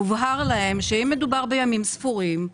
הובהר להם שאם מדובר בימים ספורים,